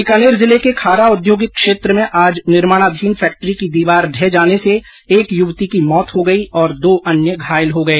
बीकानेर जिले के खारा औद्योगिक क्षेत्र में आज निर्माणाधीन फैक्ट्री की दीवार ढह जाने से एक युवती की मौत हो गयी और दो अन्य घायल हो गए